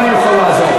מה אני יכול לעזור?